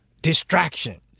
Distraction